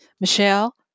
Michelle